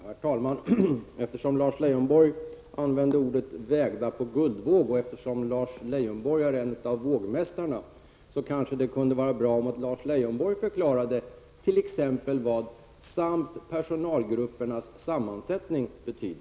Herr talman! Eftersom Lars Leijonborg använde orden ''vägda på guldvåg'' och eftersom Lars Leijonborg är en av vågmästarna kunde det kanske vara bra om Lars Leijonborg förklarade t.ex. vad